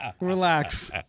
Relax